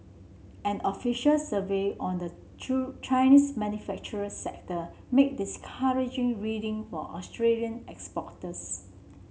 an official survey on the true Chinese manufacturing sector made discouraging reading for Australian